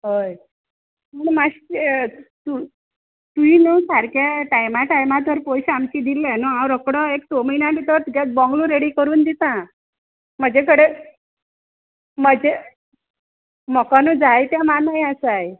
हय पुणू माश्शें तूं तूंय न्हू सारके टायमा टायमा तर पयशे आमचे दिल्ले न्हू हांव रोकडो एक सो म्हयन्या भितर तुगे बोंगलो रेडी करून दिता म्हजे कडेन म्हजे मोको न्हू जायते मानाय आसाय